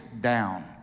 down